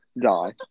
Die